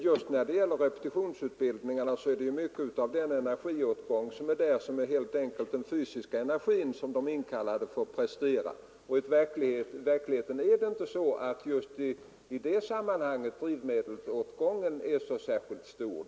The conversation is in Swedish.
Just när det gäller repetitionsutbildningen är en stor del av energiåtgången helt enkelt fysisk energi som de inkallade får prestera. I verkligheten är det inte så att drivmedelsåtgången just i det sammanhanget är särskilt stor.